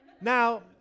now